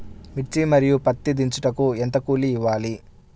మిర్చి మరియు పత్తి దించుటకు ఎంత కూలి ఇవ్వాలి?